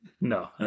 No